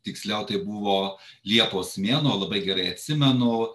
tiksliau tai buvo liepos mėnuo labai gerai atsimenu